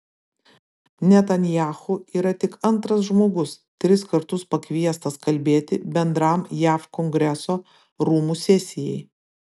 netanyahu yra tik antras žmogus tris kartus pakviestas kalbėti bendram jav kongreso rūmų sesijai